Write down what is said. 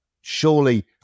Surely